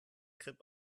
grip